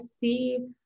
see